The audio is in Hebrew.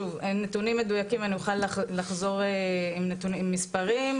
שוב, נתונים מדויקים, אני אוכל לחזור עם מספרים.